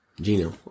Gino